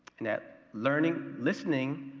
and that learning, listening,